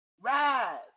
Rise